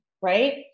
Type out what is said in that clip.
right